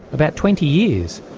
about twenty years!